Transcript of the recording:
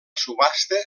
subhasta